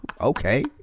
Okay